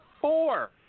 four